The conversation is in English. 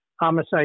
homicide